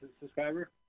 subscriber